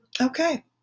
okay